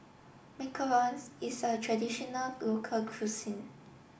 Macarons is a traditional local cuisine